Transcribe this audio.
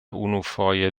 unufoje